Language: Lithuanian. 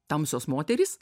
tamsios moterys